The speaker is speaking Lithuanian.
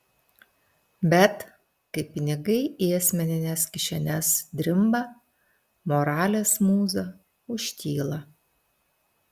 bet kai pinigai į asmenines kišenes drimba moralės mūza užtyla